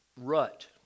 rut